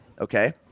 Okay